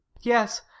Yes